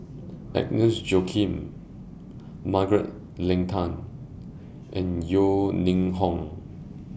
Agnes Joaquim Margaret Leng Tan and Yeo Ning Hong